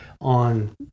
on